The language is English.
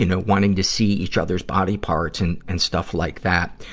you know wanting to see each other's body parts and and stuff like that.